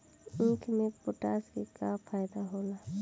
ईख मे पोटास के का फायदा होला?